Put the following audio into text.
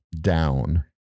down